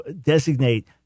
designate